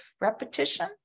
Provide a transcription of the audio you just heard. repetition